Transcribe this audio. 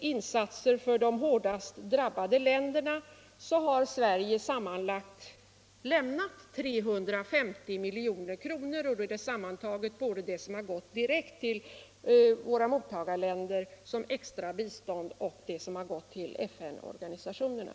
insatser för de hårdast drabbade länderna som FN framförde förra året har Sverige lämnat 350 milj.kr., om man lägger ihop det som har gått direkt till våra mottagarländer som extra bistånd och det som har gått till FN-organisationerna.